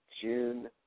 June